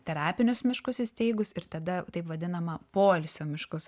terapinius miškus įsteigus ir tada taip vadinama poilsio miškus